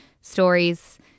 stories